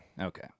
Okay